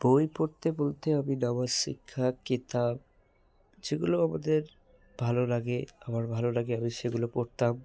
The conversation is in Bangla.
বই পড়তে বলতে আমি নামাজ শিক্ষা কেতাব যেগুলো আমাদের ভালো লাগে আমার ভালো লাগে আমি সেগুলো পড়তাম